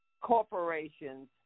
corporations